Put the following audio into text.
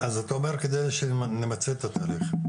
כדי שנמצה את התהליך,